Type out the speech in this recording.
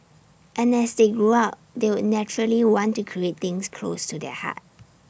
and as they grew up they would naturally want to create things close to their heart